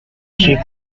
she